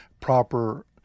proper